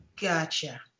Gotcha